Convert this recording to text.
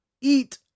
eat